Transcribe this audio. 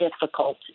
difficult